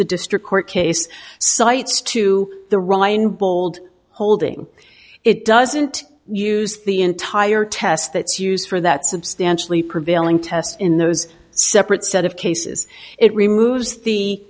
the district court case cites to the reinbold holding it doesn't use the entire test that's used for that substantially prevailing tests in those separate set of cases it removes the